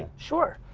sure.